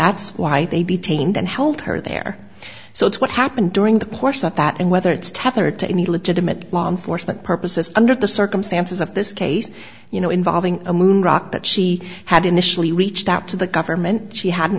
that's why they betaine then held her there so it's what happened during the course of that and whether it's tethered to any legitimate law enforcement purposes under the circumstances of this case you know involving a moon rock but she had initially reached out to the government she had an